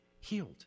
healed